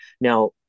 Now